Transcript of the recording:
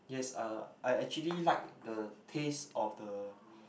yes uh I actually like the taste of the